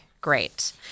great